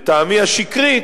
לטעמי השקרית,